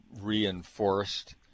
reinforced